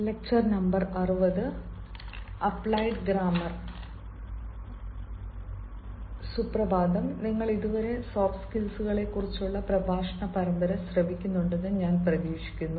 സുപ്രഭാതം സുഹൃത്തുക്കളേ നിങ്ങൾ ഇതുവരെ സോഫ്റ്റ് സ്കില്ലുകളെക്കുറിച്ചുള്ള പ്രഭാഷണ പരമ്പര ശ്രവിക്കുന്നുണ്ടെന്ന് ഞാൻ പ്രതീക്ഷിക്കുന്നു